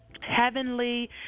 Heavenly